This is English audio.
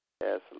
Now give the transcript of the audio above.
Yes